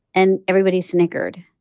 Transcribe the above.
and everybody snickered.